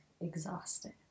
exhausted